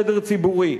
סדר ציבורי.